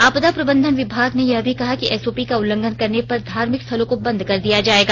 आपदा प्रबंधन विभाग ने यह भी कहा है कि एसओपी का उल्लंघन करने पर धार्मिक स्थलों को बंद कर दिया जायेगा